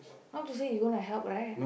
not to say you gonna help right